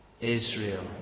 Israel